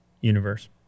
universe